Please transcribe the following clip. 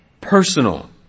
personal